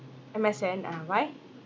M_S_N ah why